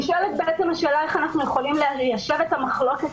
נשאלת השאלה איך אנחנו יכולים ליישב את המחלוקת